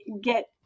get